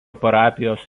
parapijos